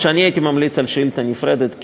אף שהייתי ממליץ על שאילתה נפרדת,